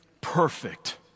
perfect